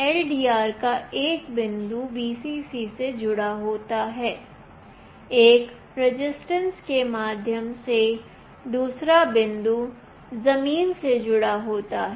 LDR का एक बिंदु Vcc से जुड़ा होता है एक रजिस्टेंस के माध्यम से दूसरा बिंदु जमीन से जुड़ा होता है